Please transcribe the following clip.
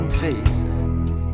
faces